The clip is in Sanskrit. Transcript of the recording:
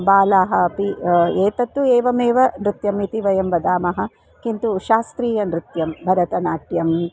बालाः अपि एतत्तु एवमेव नृत्यमिति वयं वदामः किन्तु शास्त्रीयं नृत्यं भरतनाट्यम्